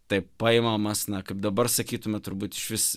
taip paimamas na kaip dabar sakytume turbūt išvis